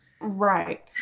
right